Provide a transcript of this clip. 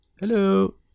hello